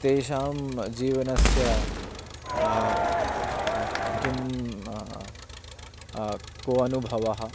तेषां जीवनस्य किं को अनुभवः